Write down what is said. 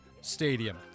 Stadium